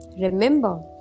Remember